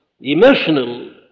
emotional